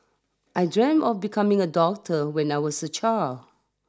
I dreamt of becoming a doctor when I was a child